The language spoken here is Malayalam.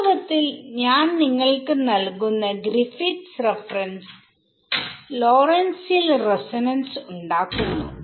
വാസ്തവത്തിൽ ഞാൻ നിങ്ങൾക്ക് നൽകുന്ന ഗ്രിഫിത്സ് റഫറൻസ്Griffiths references ലോറെന്റ്സിയൻ റിസോനൻസ് ഉണ്ടാക്കുന്നു